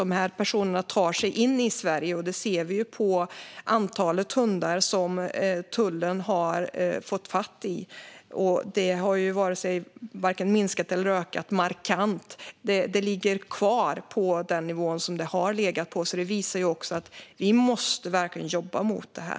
De här personerna tar sig in i Sverige, vilket vi ser på antalet hundar som tullen har fått fatt i. Det har varken minskat eller ökat markant, utan det ligger kvar på den nivå som det har legat på. Det visar att vi verkligen måste jobba mot det här.